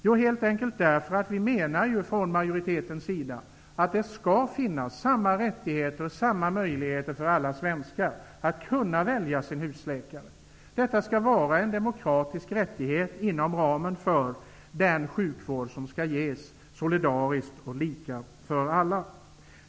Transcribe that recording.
Jo, helt enkelt därför att det skall finnas samma rättigheter och samma möjligheter för alla svenskar att kunna välja sin husläkare, vilket också är majoritetens åsikt. Detta skall vara en demokratisk rättighet inom ramen för den sjukvård som skall ges, solidariskt och lika för alla.